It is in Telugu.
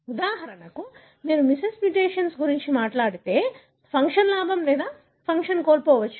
ఉదాహరణకు మీరు మిస్సెన్స్ మ్యుటేషన్ గురించి మాట్లాడితే ఫంక్షన్ లాభం లేదా ఫంక్షన్ కోల్పోవచ్చు